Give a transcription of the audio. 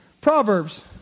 Proverbs